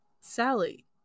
Sally